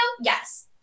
yes